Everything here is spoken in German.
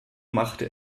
machte